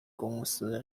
公司